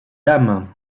dames